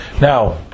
Now